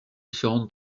différentes